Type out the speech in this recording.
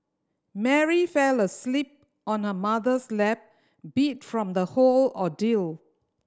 Mary fell asleep on her mother's lap beat from the whole ordeal